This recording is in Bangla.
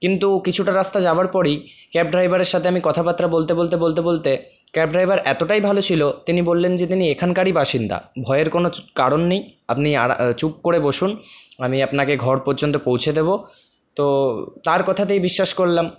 কিন্ত কিছুটা রাস্তা যাওয়ার পরেই ক্যাব ড্রাইভারের সাথে আমি কথাবার্তা বলতে বলতে বলতে ক্যাব ড্রাইভার এতোটাই ভালো ছিলো তিনি বললেন যে তিনি এখানকারই বাসিন্দা ভয়ের কোনো কারণ নেই আপনি চুপ করে বসুন আমি আপনাকে ঘর পর্যন্ত পৌঁছে দেব তো তার কথাতেই বিশ্বাস করলাম